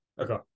Okay